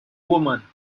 woman